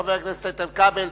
חבר הכנסת איתן כבל,